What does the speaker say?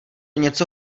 něco